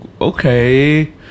okay